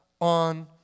on